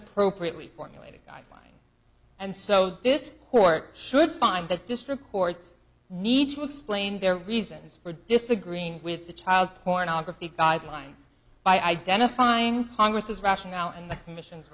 appropriately formulated guideline and so this court should find that district courts need to explain their reasons for disagreeing with the child pornography guidelines by identifying congress's rationale and the co